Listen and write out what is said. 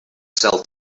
sell